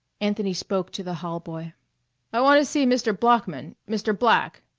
anthony spoke to the hallboy i want to see mr. bloeckman mr. black,